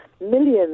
millions